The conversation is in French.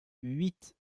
huit